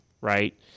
right